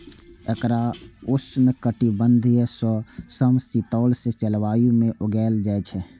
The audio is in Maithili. एकरा उष्णकटिबंधीय सं समशीतोष्ण जलवायु मे उगायल जाइ छै